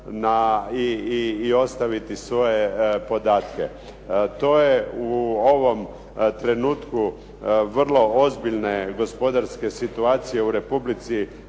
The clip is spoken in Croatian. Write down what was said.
i ostaviti svoje podatke. To je u ovom trenutku vrlo ozbiljne gospodarske situacije u Republici